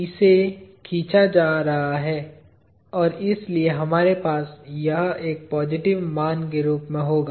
इसे खींचा जा रहा है और इसलिए हमारे पास यह एक पॉजिटिव मान के रूप में होगा